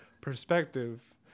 perspective